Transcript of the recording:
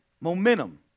Momentum